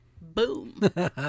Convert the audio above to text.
Boom